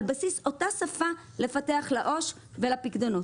בסיס אותה שפה לפתח לעו"ש ולפיקדונות.